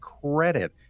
credit